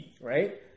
right